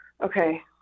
Okay